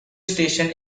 station